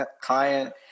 client